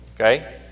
okay